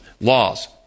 laws